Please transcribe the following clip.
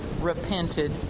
repented